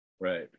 Right